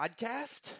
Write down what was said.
podcast